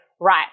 right